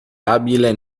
abile